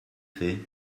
fais